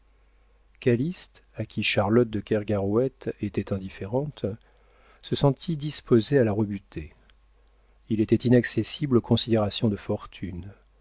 imposée calyste à qui charlotte de kergarouët était indifférente se sentit disposé à la rebuter il était inaccessible aux considérations de fortune